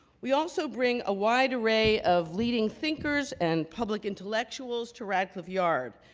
we also bring a wide array of leading thinkers and public intellectuals to radcliffe yard,